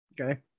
Okay